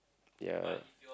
ya